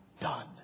done